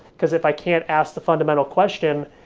because if i can't ask the fundamental question.